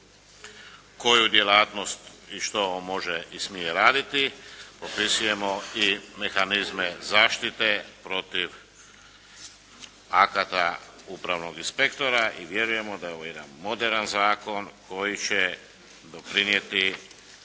koju djelatnost i što on može i smije raditi. Propisujemo i mehanizme zaštite protiv akata upravnog inspektora i vjerujemo da je ovo jedan moderan zakon koji će doprinijeti